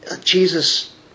Jesus